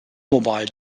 mobile